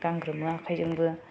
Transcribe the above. गांग्रोमो आखायजोंबो